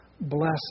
bless